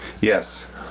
Yes